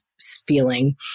feeling